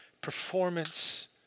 performance